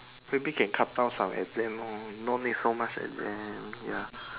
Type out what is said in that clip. maybe can cut down some exams lor no need so much exam ya